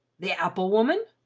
the apple-woman!